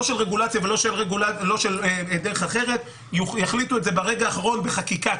לא של רגולציה ולא בדרך אחרת יחליטו את זה ברגע האחרון בחקיקה,